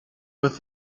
with